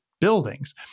buildings